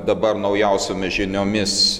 dabar naujausiomis žiniomis